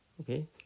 Okay